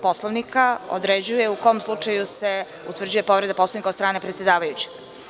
Poslovnika određuje u kom slučaju se utvrđuje povreda Poslovnika od strane predsedavajućeg.